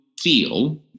feel